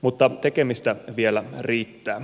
mutta tekemistä vielä riittää